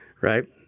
right